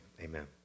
Amen